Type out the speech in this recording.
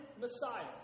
Messiah